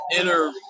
inner